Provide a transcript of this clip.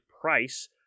Price